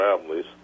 families